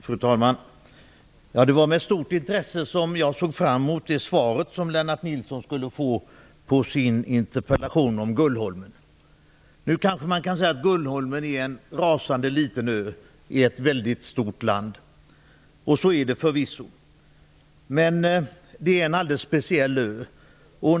Fru talman! Det var med stort intresse som jag såg fram mot det svar som Lennart Nilsson skulle få på sin interpellation om Gullholmen. Man kanske kan säga att Gullholmen är en rasande liten ö i ett väldigt stort land. Så är det förvisso. Men det är en alldeles speciell ö.